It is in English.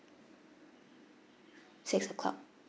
six o'clock